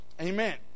Amen